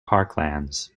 parklands